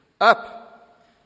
Up